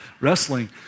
wrestling